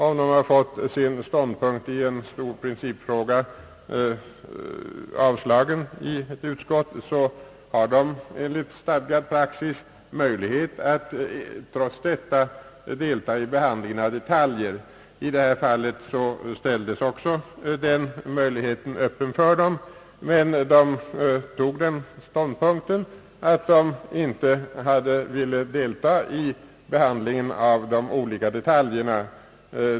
Om några 1edamöter inte vunnit gehör i utskottet för sin ståndpunkt i en stor principfråga, så har de enligt stadgad praxis möjlighet att trots detta delta i behandlingen av detaljfrågor. I detta fall ställdes också den möjligheten öppen för de <socialdemokratiska ledamöterna, men de intog den ståndpunkten att de inte ville delta i behandlingen av de olika detaljerna.